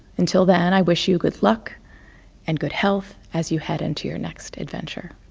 until then, i wish you good luck and good health as you head into your next adventure.